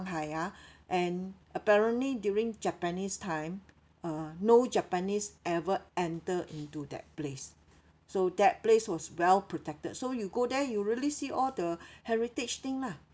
ah and apparently during japanese time uh no japanese ever enter into that place so that place was well protected so you go there you really see all the heritage thing lah